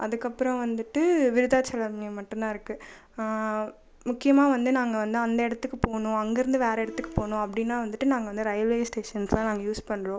அதுக்கப்புறம் வந்துட்டு விருத்தாசலம் ம மட்டும் தான் இருக்கு முக்கியமாக வந்து நாங்கள் வந்து அந்த இடத்துக்குப் போகணும் அங்கயிருந்து வேற இடத்துக்கு போகணும் அப்படினா வந்துட்டு நாங்கள் வந்து ரயில்வே ஸ்டேஷன் தான் நாங்கள் யூஸ் பண்றோம்